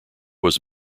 was